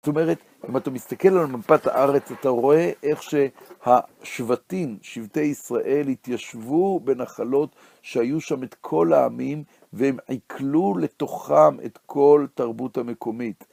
זאת אומרת, אם אתה מסתכל על מפת הארץ, אתה רואה איך שהשבטים, שבטי ישראל, התיישבו בנחלות שהיו שם את כל העמים והם עיכלו לתוכם את כל התרבות המקומית.